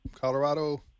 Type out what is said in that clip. colorado